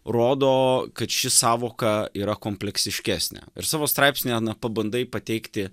rodo kad ši sąvoka yra kompleksiškesnė ir savo straipsnyje pabandai pateikti